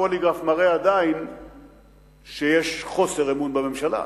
הפוליגרף עדיין מראה שיש חוסר אמון בממשלה.